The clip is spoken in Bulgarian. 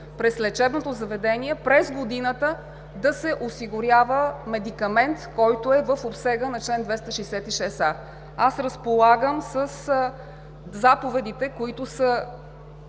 чрез лечебното заведение през годината да се осигурява медикамент, който е в обсега на чл. 266а. Аз разполагам със заповедите, които са